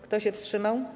Kto się wstrzymał?